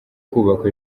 kubaka